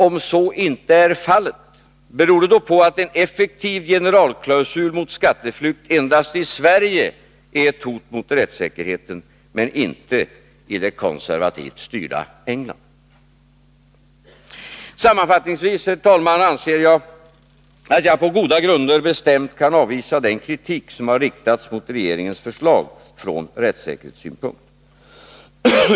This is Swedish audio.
Om så inte är fallet, beror det på att en effektiv generalklausul mot skatteflykt endast i Sverige är ett hot mot rättssäkerheten, men inte i det konservativt styrda England? Sammanfattningsvis, herr talman, anser jag att jag på goda grunder bestämt kan avvisa den kritik som ur rättssäkerhetssynpunkt har riktats mot regeringens förslag.